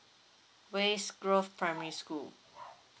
west grove primary school